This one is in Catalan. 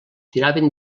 tiraven